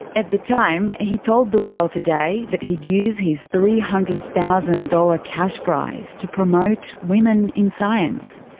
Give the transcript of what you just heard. at the time, and he told the world today that he'd use his three hundred thousand dollars cash prize to promote women in science.